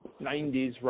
90s